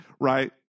right